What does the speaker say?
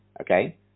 okay